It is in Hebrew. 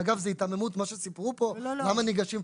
ואגב, זו היתממות מה שסיפרו פה, למה ניגשים.